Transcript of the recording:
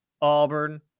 Auburn